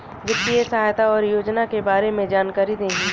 वित्तीय सहायता और योजना के बारे में जानकारी देही?